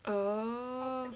oh